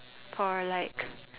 for like